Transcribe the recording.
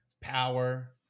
Power